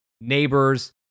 Neighbors